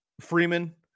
Freeman